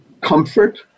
comfort